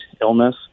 illness